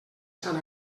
sant